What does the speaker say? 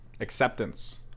acceptance